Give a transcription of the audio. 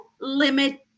limit